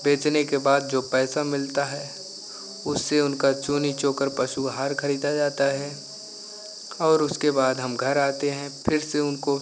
बेचने के बाद जो पैसा मिलता है उससे उनका चूनी चोकर पशुहार खरीदा जाता है और उसके बाद हम घर आते हैं फिर से उनको